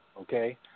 okay